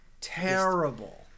Terrible